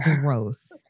gross